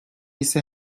ise